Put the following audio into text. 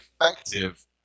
effective